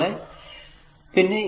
അതുപോലെ a Rc Ra